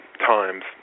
times